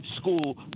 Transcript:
school